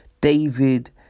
David